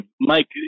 Mike